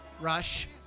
Rush